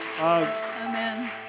Amen